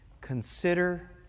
Consider